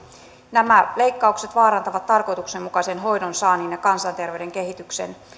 nämä leikkaukset vaarantavat tarkoituksenmukaisen hoidon saannin ja kansanterveyden kehityksen